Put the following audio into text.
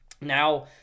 Now